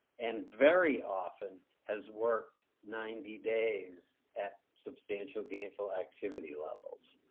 and very often has worked ninety days at substantial gainful activity levels.